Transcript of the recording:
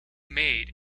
made